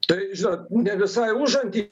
taip žinot ne visai užanty